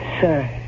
Sir